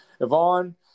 Yvonne